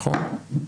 נכון?